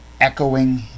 echoing